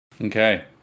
Okay